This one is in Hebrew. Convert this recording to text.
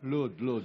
לוד, לוד.